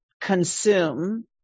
consume